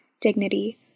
dignity